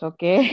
Okay